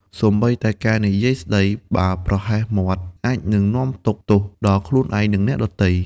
សូម្បីតែការនិយាយស្ដី បើប្រហែសមាត់ អាចនឹងនាំទុក្ខទោសដល់ខ្លួនឯង និងអ្នកដទៃ។